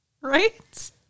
Right